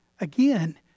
Again